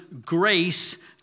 grace